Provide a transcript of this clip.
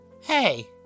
hey